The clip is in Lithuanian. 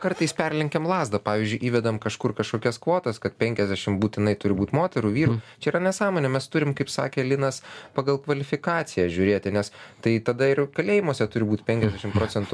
kartais perlenkiam lazdą pavyzdžiui įvedam kažkur kažkokias kvotas kad penkiasdešim būtinai turi būt moterų vyrų čia yra nesąmonė mes turim kaip sakė linas pagal kvalifikaciją žiūrėti nes tai tada ir kalėjimuose turi būt penkiasdešim procentų